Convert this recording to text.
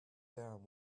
down